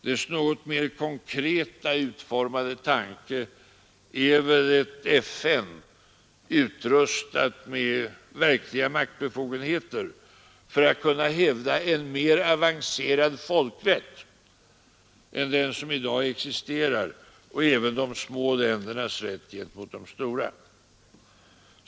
Dess något mer konkret utformade tanke är väl ett FN, utrustat med verkliga maktbefogenheter för att kunna hävda en mer avancerad folkrätt än den som i dag existerar och även de små ländernas rätt gentemot de stora.